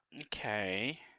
Okay